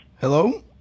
Hello